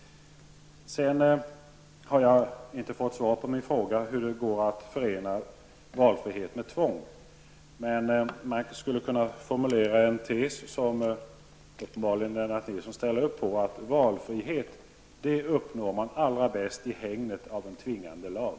För det tredje: Jag har inte fått svar på min fråga hur det går att förena valfrihet med tvång. Man skulle kunna formulera en tes som Lennart Nilsson uppenbarligen ställer upp på: Valfrihet uppnår man allra bäst i hägnet av en tvingande lag.